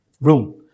room